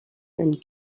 and